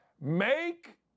Make